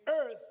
earth